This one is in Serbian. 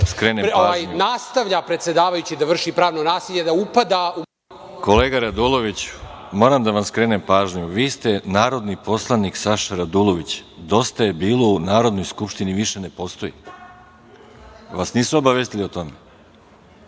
Arsić** Kolega Raduloviću, moram da vam skrenem pažnju, vi ste narodni poslanik Saša Radulović, Dosta je bilo u Narodnoj skupštini više ne postoji. Zar vas nisu obavestili o tome?